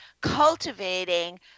cultivating